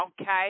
okay